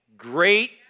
Great